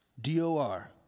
D-O-R